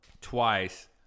twice